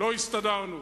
לא הסתדרנו.